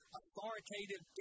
authoritative